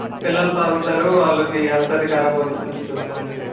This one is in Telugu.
పిల్లలు తాగుతారు వాళ్ళకి హెల్త్ అది ఖరాబ్ అవుతుంది కొంచెం చూసుకోండి